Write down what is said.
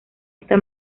esta